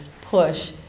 push